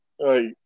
right